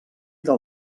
del